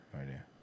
idea